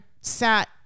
sat